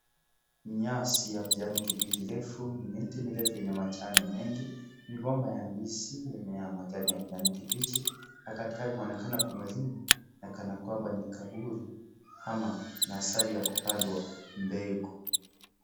Nyasi ya kijani kibichi refu, miti mirefu yenye majani mengi, migomba ya ndizi yenye majani ya kijani kibichi na katikati kunaonekana kumelimwa na kana kwamba ni kaburi ama ni asali ya kupanda mbegu.